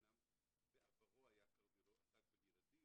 אומנם בעברו עסק בילדים,